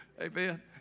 Amen